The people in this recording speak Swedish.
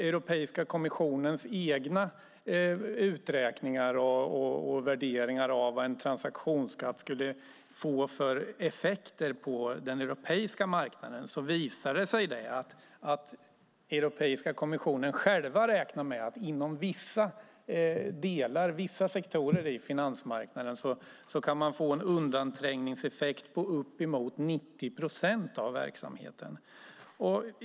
Europeiska kommissionens uträkningar och värderingar av vad en transaktionsskatt skulle få för effekter på den europeiska marknaden visar att inom vissa delar av finansmarknaden kan man få en undanträngningseffekt på uppemot 90 procent av verksamheten.